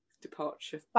departure